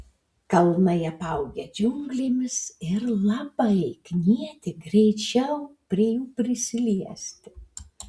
kalnai apaugę džiunglėmis ir labai knieti greičiau prie jų prisiliesti